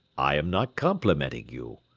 i am not complimenting you.